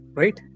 right